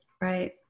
Right